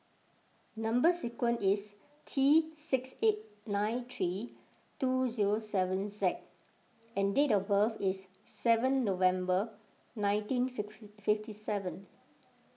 Number Sequence is T six eight nine three two zero seven Z and date of birth is seven November nineteen fifty seven